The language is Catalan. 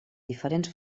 diferents